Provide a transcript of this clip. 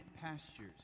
pastures